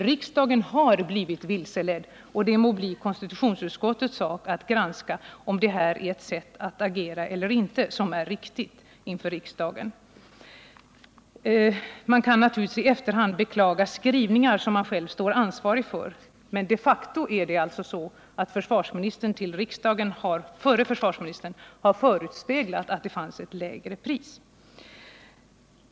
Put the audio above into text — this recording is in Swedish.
Riksdagen har blivit vilseledd, och det må bli konstitutionsutskottets sak att granska om det här sättet att agera inför riksdagen är riktigt eller ej. Man kan naturligtvis i efterhand beklaga skrivningar som man själv är ansvarig för, men de facto är det så att förre försvarsministern förespeglat riksdagen att det fanns ett lägre pris.